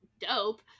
dope